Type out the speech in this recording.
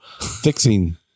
fixing